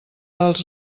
els